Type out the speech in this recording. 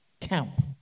camp